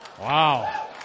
Wow